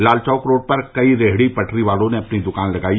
लाल Chowk road पर कई रेहड़ी पटरी वालों ने अपनी दुकान लगाई